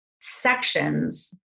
sections